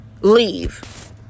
leave